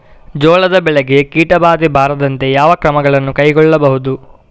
ಜೋಳದ ಬೆಳೆಗೆ ಕೀಟಬಾಧೆ ಬಾರದಂತೆ ಯಾವ ಕ್ರಮಗಳನ್ನು ಕೈಗೊಳ್ಳಬಹುದು?